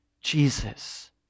Jesus